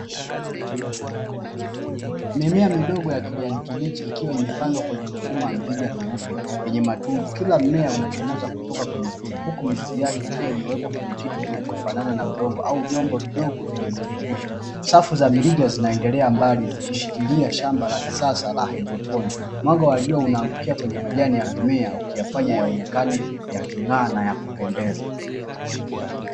Mimea midogo ya kijani kibichi ikiwa imepandwa kwenye mifumo ya mirija meupe yenye matundu kila mmea unachomoza kutoka kwenye tundu huku mizizi yake ikiwa imewekwa kwenye kitu kilichofanana na udongo au vyombo vidogo vyenye virutubisho. Safu za mirija zinaendelea mbali ikiashiria shamba la kisasa la haidroponi mwanga wa jua unaangukia kwenye majani ya mimea ili yaonekane yaking’aa na ya kupendeza.